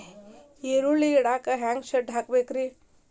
ಈರುಳ್ಳಿ ಇಡಾಕ ಹ್ಯಾಂಗ ಶೆಡ್ ಮಾಡಬೇಕ್ರೇ?